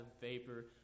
vapor